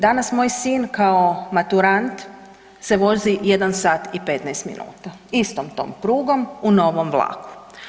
Danas moj sin kao maturant se vozi 1 sat i 15 minuta, isto tom prugom, u novom vlaku.